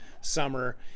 summer